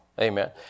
Amen